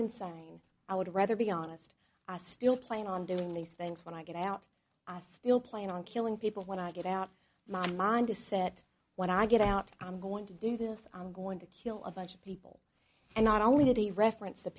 insane i would rather be honest i still plan on doing these things when i get out i still plan on killing people when i get out my mind is set when i get out i'm going to do this i'm going to kill a bunch of people and not only did he reference th